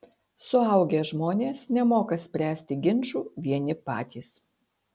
suaugę žmonės nemoka spręsti ginčų vieni patys